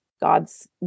God's